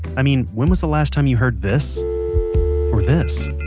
i mean, when was the last time you heard this or this